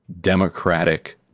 democratic